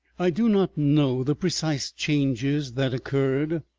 i do not know the precise changes that occurred,